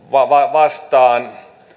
vastaan